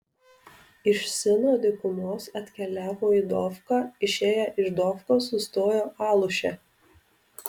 iš sino dykumos atkeliavo į dofką išėję iš dofkos sustojo aluše